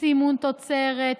סימון תוצרת,